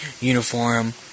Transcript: uniform